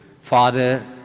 Father